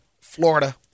Florida